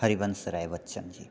Harivansh Rai बच्चनजी